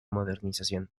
modernización